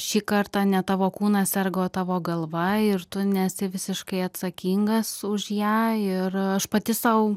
šį kartą ne tavo kūnas serga o tavo galva ir tu nesi visiškai atsakingas už ją ir aš pati sau